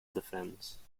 defence